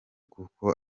kuko